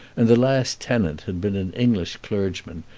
and the last tenant had been an english clergyman,